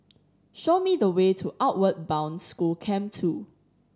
show me the way to Outward Bound School Camp Two